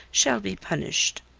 shall be punished.